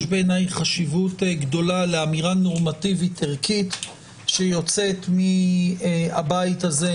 יש בעיניי חשיבות גדולה לאמירה נורמטיבית ערכית שיוצאת מהבית הזה,